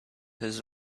his